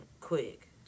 quick